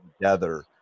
together